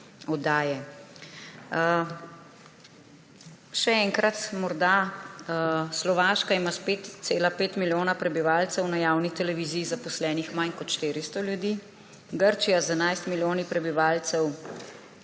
oddaje. Še enkrat morda, Slovaška ima s 5,5 milijona prebivalcev na javni televiziji zaposlenih manj kot 400 ljudi, Grčija z 11 milijoni prebivalcev